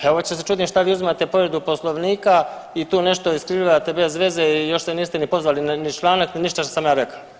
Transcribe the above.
Ja uopće se čudim što vi uzimate povredu Poslovnika i tu nešto iskrivljivate bez veze i još se niste ni pozvali na članak ni ništa što sam ja rekao.